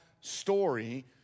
story